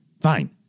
fine